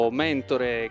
mentore